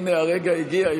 הינה הרגע הגיע,